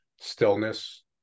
stillness